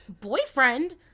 boyfriend